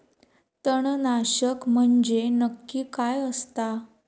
तणनाशक म्हंजे नक्की काय असता?